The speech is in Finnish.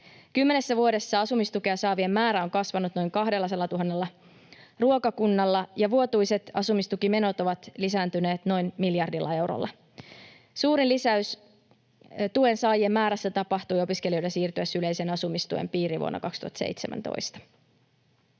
Kymmenessä vuodessa asumistukea saavien määrä on kasvanut noin 200 000 ruokakunnalla ja vuotuiset asumistukimenot ovat lisääntyneet noin miljardilla eurolla. Suurin lisäys tuensaajien määrässä tapahtui opiskelijoiden siirtyessä yleisen asumistuen piiriin vuonna 2017.